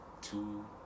two